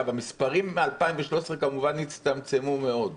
המספרים מ-2013, כמובן, הצטמצמו מאוד - כאילו,